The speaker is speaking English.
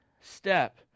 step